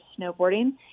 snowboarding